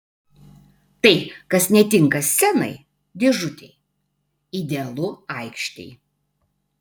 tai kas netinka scenai dėžutei idealu aikštei